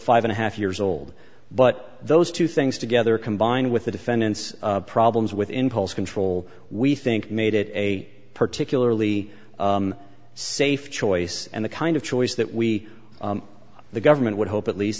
five and a half years old but those two things together combined with the defendant's problems with impulse control we think made it a particularly safe choice and the kind of choice that we the government would hope at least